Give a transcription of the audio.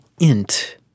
int